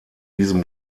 diesem